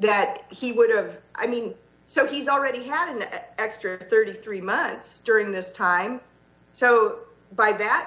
that he would have i mean so he's already had an extra thirty three months during this time so by that